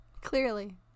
Clearly